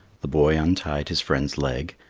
the boy untied his friend's leg,